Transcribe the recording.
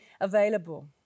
available